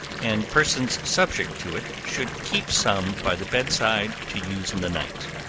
and persons subject to it should keep some by the bed-side to use in the night.